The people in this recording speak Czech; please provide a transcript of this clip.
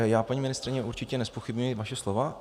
Já, paní ministryně, určitě nezpochybňuji vaše slova.